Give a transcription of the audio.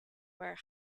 where